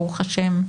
ברוך השם,